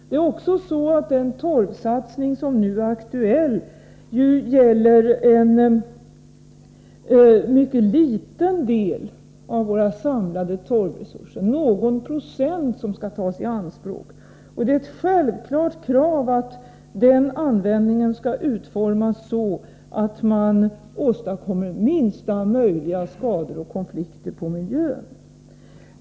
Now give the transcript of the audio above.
För det andra gäller den torvsatsning som är aktuell en mycket liten del av våra samlade torvresurser — det är någon procent som skall tas i anspråk. Det är ett självklart krav att den användningen skall utformas så, att man åstadkommer minsta möjliga skador på och konflikter i miljön.